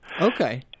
Okay